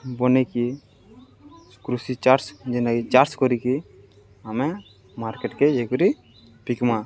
ବନେଇକି କୃଷି ଚାଷ୍ ଯେନ୍ଟାକି ଚାଷ୍ କରିକି ଆମେ ମାର୍କେଟ୍କେ ଯାଇକରି ବିକ୍ମା